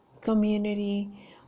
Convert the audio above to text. community